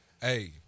Hey